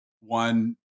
one